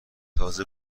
تازه